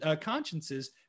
consciences